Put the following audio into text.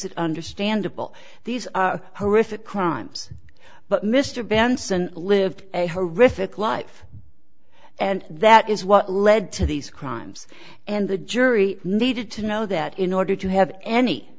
it understandable these are horrific crimes but mr benson lived a horrific life and that is what led to these crimes and the jury needed to know that in order to have any